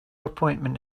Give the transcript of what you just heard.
appointment